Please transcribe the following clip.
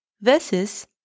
versus